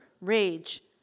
rage